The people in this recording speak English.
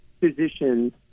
physicians